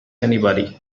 anybody